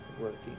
working